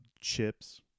Chips